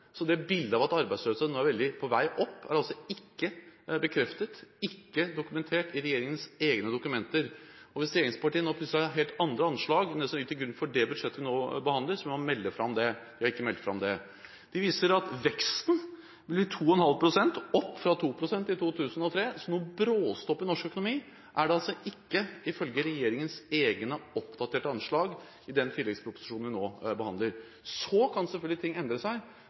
så det bildet av at arbeidsløsheten nå er veldig på vei opp, er altså ikke bekreftet eller dokumentert i regjeringens egne dokumenter. Og hvis regjeringspartiene plutselig har helt andre anslag enn dem som ligger til grunn for det budsjettet vi nå behandler, må man melde fra om det. Man har ikke meldt fra om det. Anslagene viser også at veksten blir 2,5 pst. – opp fra 2 pst. i 2013 – så noen bråstopp i norsk økonomi er det ikke, ifølge regjeringens egne oppdaterte anslag i den tilleggsproposisjonen vi nå behandler. Ting kan selvfølgelig endre seg,